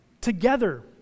together